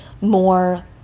more